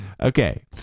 Okay